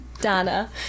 Donna